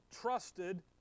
trusted